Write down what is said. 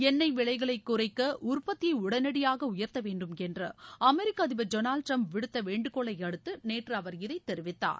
எண்ணெய் விலைகளை குறைக்க உற்பத்தியை உடனடியாக உயர்த்த வேண்டும் என்று அமெரிக்க அதிபர் டொனால்டு டிரம்ப் விடுத்தவேண்டுகோளை அடுத்து நேற்று அவர் இதைத் தெரிவித்தார்